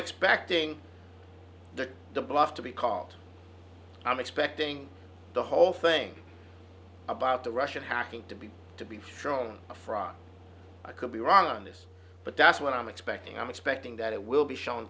expecting the bluff to be called i'm expecting the whole thing about the russian hacking to be to be thrown a frog i could be wrong on this but that's what i'm expecting i'm expecting that it will be shown